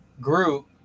group